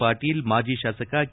ಪಾಟೀಲ್ ಮಾಜಿ ಶಾಸಕ ಕೆ